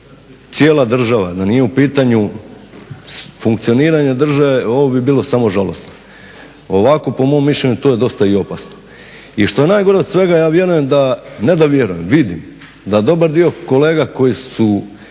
da nije u pitanju funkcioniranje države ovo bi bilo samo žalosno, ovako po mom mišljenju to je dosta i opasno. I što je najgore od svega, ja vjerujem da, ne da vjerujem, vidim da dobar dio kolega koji su